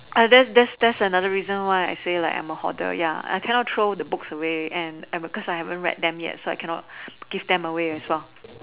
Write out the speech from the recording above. ah that that's that's another reason why I say like I'm a hoarder ya I cannot throw the books away and I've cause I haven't read them yet so I cannot give them away as well